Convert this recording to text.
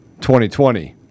2020